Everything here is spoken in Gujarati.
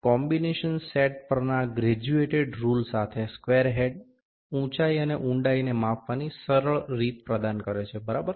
કોમ્બિનેશન સેટ પરના ગ્રેજ્યુએટેડ રુલ સાથે સ્ક્વેર હેડ ઉંચાઇ અને ઊંડાઈને માપવાની સરળ રીત પ્રદાન કરે છે બરાબર